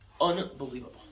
unbelievable